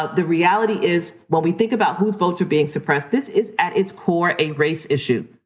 ah the reality is, while we think about whose votes are being suppressed, this is at its core, a race issue,